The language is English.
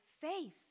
faith